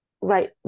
right